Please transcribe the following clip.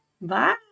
Bye